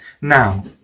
Now